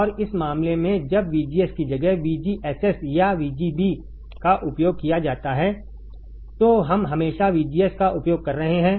और इस मामले में जब VGS की जगह VGSS या VGB का उपयोग किया जाता है तो हम हमेशा VGS का उपयोग कर रहे हैं